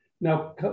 Now